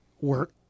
work